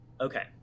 Okay